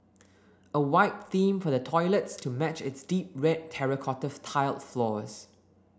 a white theme for the toilets to match its deep red terracotta tiled floors